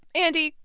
andy,